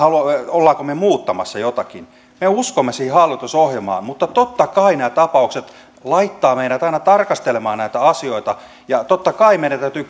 olemmeko me muuttamassa jotakin me uskomme siihen hallitusohjelmaan mutta totta kai nämä tapaukset laittavat meidät aina tarkastelemaan näitä asioita ja totta kai meidän täytyy